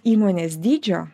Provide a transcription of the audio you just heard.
įmonės dydžio